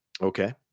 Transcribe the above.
okay